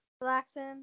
Relaxing